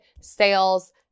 sales